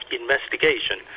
investigation